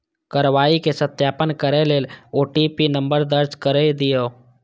कार्रवाईक सत्यापन करै लेल ओ.टी.पी नंबर दर्ज कैर दियौ